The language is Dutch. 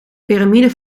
piramide